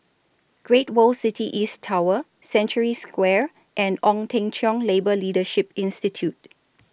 Great World City East Tower Century Square and Ong Teng Cheong Labour Leadership Institute